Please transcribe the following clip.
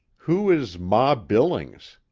who is ma billings?